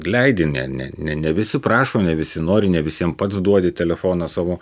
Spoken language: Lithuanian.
leidi ne ne ne ne visi prašo ne visi nori ne visiems pats duodi telefoną savo